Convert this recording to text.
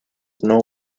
know